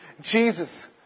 Jesus